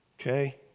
okay